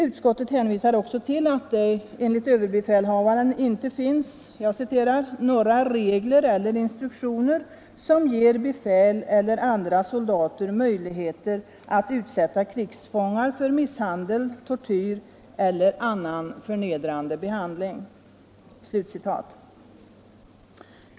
Utskottet hänvisar också till att det enligt överbefälhavaren inte finns 53 några ”regler eller instruktioner som ger befäl eller andra soldater möjligheter att utsätta krigsfångar för misshandel, tortyr eller annan förnedrande handling”.